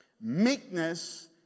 Meekness